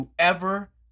whoever